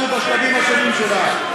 הזאת בשלבים השונים שלה.